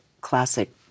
classic